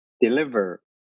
deliver